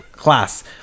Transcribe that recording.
class